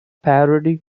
parody